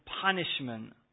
punishment